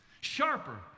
sharper